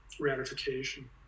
ratification